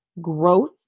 growth